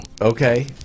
Okay